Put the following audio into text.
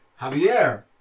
Javier